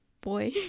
boy